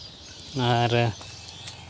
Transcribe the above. ᱟᱨ